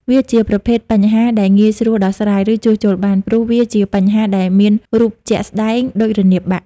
វាជាប្រភេទបញ្ហាដែលងាយស្រួលដោះស្រាយ ឬជួសជុលបាន ព្រោះវាជាបញ្ហាដែលមានរូបជាក់ស្ដែងដូចរនាបបាក់។